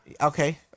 Okay